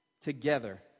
together